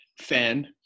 fan